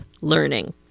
learning